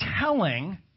telling